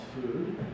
food